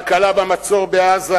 בהקלה במצור בעזה,